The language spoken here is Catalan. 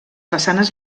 façanes